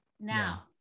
Now